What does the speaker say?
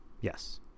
Yes